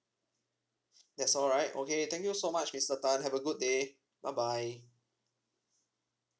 that's all right okay thank you so much mister tan have a good day bye bye